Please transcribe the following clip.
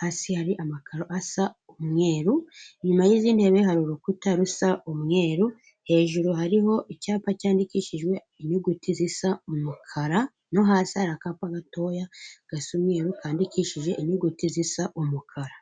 hasi hari amakaro asa umweru, inyuma y'izi ntebe hari urukuta rusa umweru, hejuru hariho icyapa cyandikishijwe inyuguti zisa umukara, no hasi hari akapa gatoya gasa umweru kandikishije inyuguti zisa umukara.